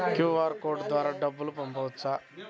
QR code ద్వారా డబ్బులు పంపవచ్చా?